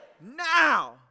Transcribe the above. Now